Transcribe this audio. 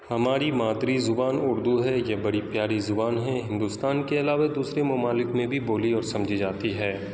ہماری مادری زبان اردو ہے یہ بڑی پیاری زبان ہے ہندوستان کے علاوہ دوسرے ممالک میں بھی بولی اور سمجھی جاتی ہے